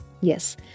Yes